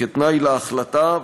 כתנאי להחלטה,